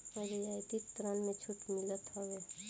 रियायती ऋण में छूट मिलत हवे